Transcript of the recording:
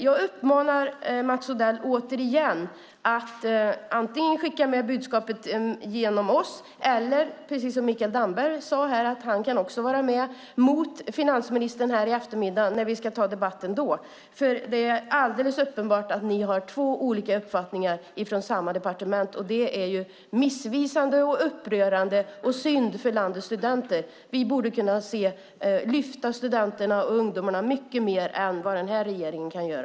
Jag uppmanar Mats Odell återigen att antingen skicka med budskapet genom oss eller, precis som Mikael Damberg, vara med i debatten i eftermiddag med finansministern. Det är alldeles uppenbart att ni inom samma departement har två olika uppfattningar. Det är missvisande, upprörande och synd för landets studenter. Ni borde lyfta fram studenterna och ungdomarna mer än vad den här regeringen nu gör.